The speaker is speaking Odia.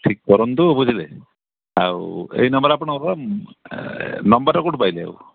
ଠିକ୍ କରନ୍ତୁ ବୁଝିଲେ ଆଉ ଏଇ ନମ୍ବର୍ ଆପଣଙ୍କର ନମ୍ବର୍ଟା କେଉଁଠୁ ପାଇଲେ ଆଉ